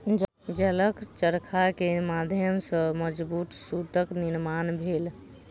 जलक चरखा के माध्यम सॅ मजबूत सूतक निर्माण भेल